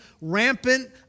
rampant